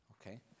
Okay